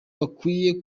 bakwiriye